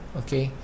okay